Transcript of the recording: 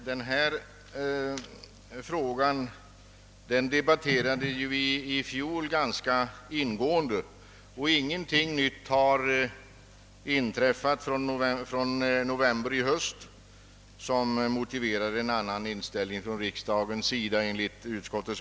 Herr talman! Denna fråga debatterade vi ganska ingående i fjol, och enligt utskottets mening har ingenting nytt inträffat sedan november som motiverar en annan inställning frå riksdages sida.